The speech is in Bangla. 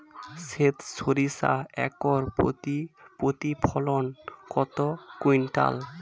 সেত সরিষা একর প্রতি প্রতিফলন কত কুইন্টাল?